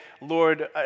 Lord